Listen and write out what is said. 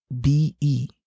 B-E